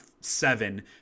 seven